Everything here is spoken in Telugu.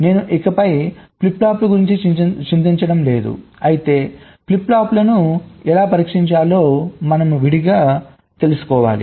నేను ఇకపై ఫ్లిప్ ఫ్లాప్ల గురించి చింతించటం లేదు అయితే ఫ్లిప్ ఫ్లాప్లను ఎలా పరీక్షించాలో మనం విడిగా తెలుసుకోవాలి